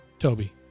Toby